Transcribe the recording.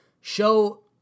show